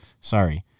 Sorry